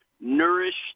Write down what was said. nourished